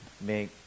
make